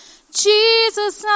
Jesus